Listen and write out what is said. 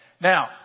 Now